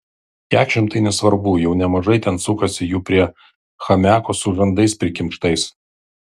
kekšėm tai nesvarbu jau nemažai ten sukasi jų prie chamiako su žandais prikimštais